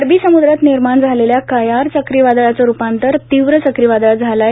अरबी समुद्रात निर्माण झालेल्या कयार चक्रीवादळाचं रूपांतर तीव्र चक्रीवादळात झालं आहे